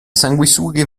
sanguisughe